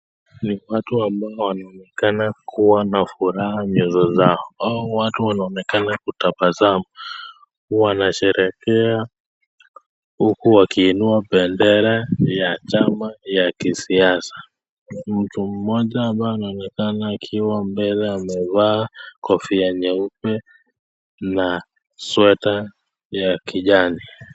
Ni watu ambao wanaonekana kuwa na furaha nyuso zao. Hao watu wanaonekana kutabasamu. Wanasherehekea huku wakiinua bendera ya chama ya kisiasa. Mtu mmoja ambaye anaonekana akiwa mbele amevaa kofia nyeupe na sweta ya kijani.